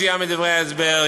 מצוין בדברי ההסבר,